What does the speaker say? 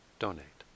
donate